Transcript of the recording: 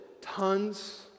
tons